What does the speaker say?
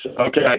Okay